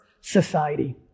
society